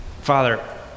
Father